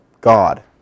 God